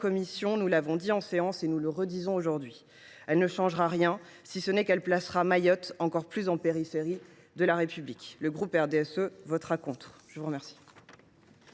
commission, nous l’avons dit en séance et nous le redisons aujourd’hui : elle ne changera rien, si ce n’est qu’elle placera Mayotte encore plus en périphérie de la République. Le groupe RDSE votera contre. La parole